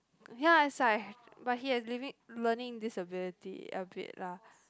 ya it's like but he has living learning disability a bit lah